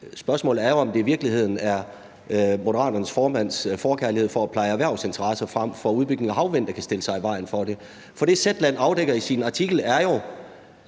Spørgsmålet er jo, om det i virkeligheden er Moderaternes formands forkærlighed for at pleje erhvervsinteresser frem for udbygning af havvind, der kan stille sig i vejen for det. For det, som Zetland afdækker i sin artikel, er jo,